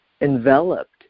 enveloped